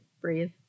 breathe